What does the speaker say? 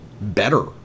better